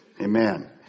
Amen